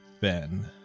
Ben